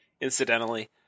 incidentally